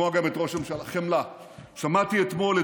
שמעתי אתמול,